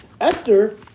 Esther